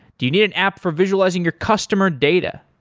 do you need an app for visualizing your customer data?